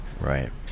right